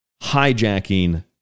hijacking